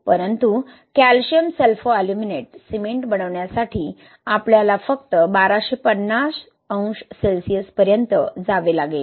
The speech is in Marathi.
परंतु कॅल्शियम सल्फोअल्युमिनेट सिमेंट बनवण्यासाठी आपल्याला फक्त 1250 अंश सेल्सिअसपर्यंत जावे लागेल